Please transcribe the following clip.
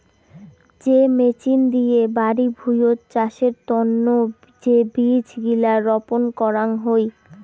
যে মেচিন দিয়ে বাড়ি ভুঁইয়ত চাষের তন্ন যে বীজ গিলা রপন করাং হই